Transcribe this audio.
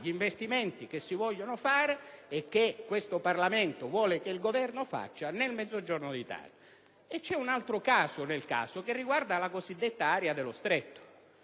gli investimenti che si vogliono fare e che questo Parlamento vuole che il Governo faccia nel Mezzogiorno d'Italia. C'è poi un altro caso nel caso, che riguarda la cosiddetta area dello Stretto,